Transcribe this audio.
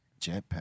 Jetpack